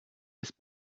ist